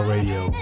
Radio